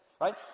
right